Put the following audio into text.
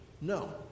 no